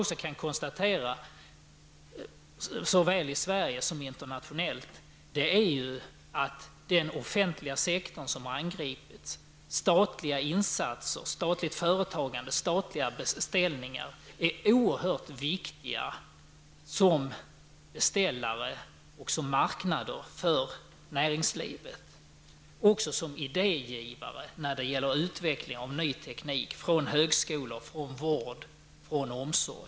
Såväl i Sverige som internationellt kan man konstatera att den offentliga sektorn, som har angripits -- statliga insatser, statligt företagande och statliga beställningar - är oerhört viktig såsom beställare och marknad för näringslivet. Den statliga sektorn kan också vara idégivare när det gäller utvecklingen av ny teknik inom vård och omsorg.